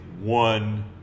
one